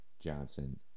Johnson